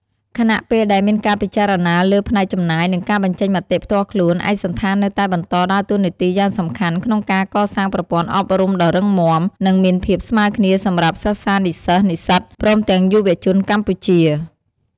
ខណៈពេលដែលមានការពិចារណាលើផ្នែកចំណាយ និងការបញ្ចេញមតិផ្ទាល់ខ្លួន ឯកសណ្ឋាននៅតែបន្តដើរតួនាទីយ៉ាងសំខាន់ក្នុងការកសាងប្រព័ន្ធអប់រំដ៏រឹងមាំ និងមានភាពស្មើគ្នាសម្រាប់សិស្សានិសិស្ស និស្សិត ព្រមទាំងយុវជនកម្ពុជា។